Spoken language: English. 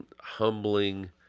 humbling